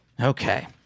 Okay